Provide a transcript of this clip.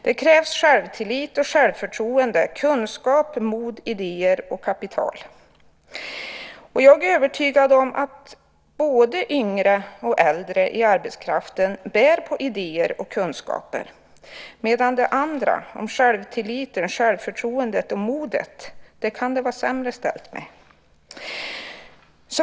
Det krävs självtillit, självförtroende, kunskap, mod, idéer och kapital. Jag är övertygad om att både yngre och äldre i arbetskraften bär på idéer och kunskaper, medan de andra delarna, självtilliten, självförtroendet och modet, kan det vara sämre ställt med.